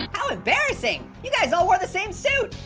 how embarrassing. you guys all wore the same suit.